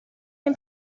این